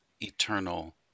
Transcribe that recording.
eternal